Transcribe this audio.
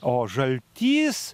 o žaltys